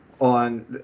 on